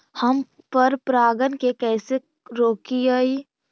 हम पर परागण के कैसे रोकिअई?